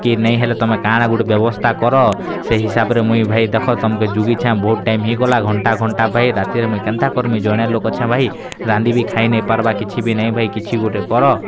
କି ନେଇ ହେଲେ ତୁମେ କାଣା ଗୋଟେ ବ୍ୟବସ୍ଥା କର ସେଇ ହିସାବରେ ମୁଇଁ ଭାଇ ଦେଖ ତମ୍କେ ଯୁଗେଛେ ଆଉ ବହୁତ ଟାଇମ୍ ହେଇଗଲା ଘଣ୍ଟା ଘଣ୍ଟା ପାଇଁ ରାତିରେ ମୁଇଁ କେନ୍ତା କର୍ମି ଜଣେ ଲୋକ୍ ଅଛେ ଭାଇ ରାନ୍ଧି ବି ଖାଇ ନେଇଁ ପାର୍ବା କିଛି ବି ନାଇଁ ଭାଇ କିଛି ଗୁଟେ କର